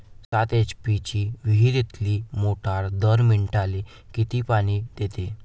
सात एच.पी ची विहिरीतली मोटार दर मिनटाले किती पानी देते?